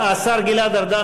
השר גלעד ארדן,